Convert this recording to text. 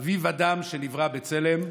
"חביב אדם שנברא בצלם"